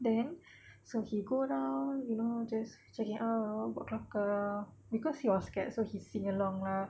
then so he go down you know just checking out buat kelakar cause he was scared so he sing along lah